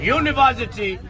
university